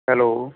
hello